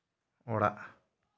ᱚᱲᱟᱜ